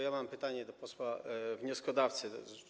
Ja mam pytanie do posła wnioskodawcy.